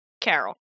Carol